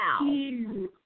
Wow